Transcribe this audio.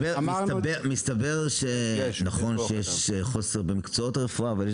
מסתבר שנכון שיש חוסר במקצועות רפואה אבל יש